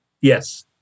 Yes